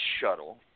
shuttle